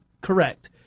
correct